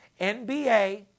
NBA